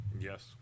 Yes